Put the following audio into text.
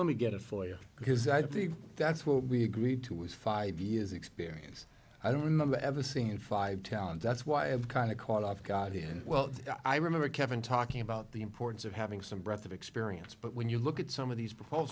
let me get it for you because i think that's what we agreed to was five years experience i don't remember ever seeing it five talent that's why i have kind of caught off guard yeah well i remember kevin talking about the importance of having some breadth of experience but when you look at some of these